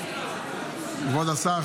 כבוד השר,